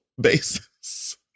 basis